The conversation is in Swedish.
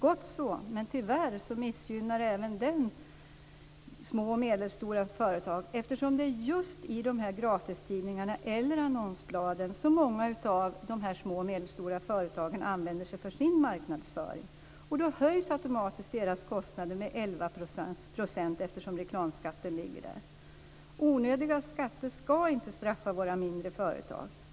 Gott så, men tyvärr missgynnar även den kvarvarande skatten små och medelstora företag, eftersom det är just gratistidningar eller annonsblad som många av de små och medelstora företagen använder sig av för sin marknadsföring. Då höjs automatiskt deras kostnader med 11 %, eftersom reklamskatten finns. Onödiga skatter skall inte straffa våra mindre företag.